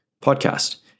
podcast